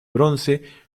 bronce